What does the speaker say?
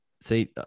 see